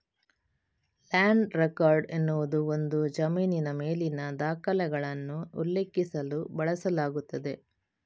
land record ಎನ್ನುವುದು ಒಂದು ಜಮೀನಿನ ಮೇಲಿನ ದಾಖಲೆಗಳನ್ನು ಉಲ್ಲೇಖಿಸಲು ಬಳಸಲಾಗುತ್ತದೆ